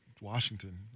Washington